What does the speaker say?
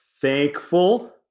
thankful